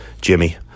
jimmy